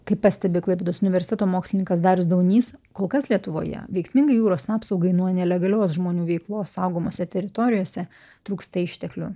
kaip pastebi klaipėdos universiteto mokslininkas darius daunys kol kas lietuvoje veiksmingai jūros apsaugai nuo nelegalios žmonių veiklos saugomose teritorijose trūksta išteklių